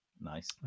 Nice